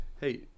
hey